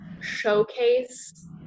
showcase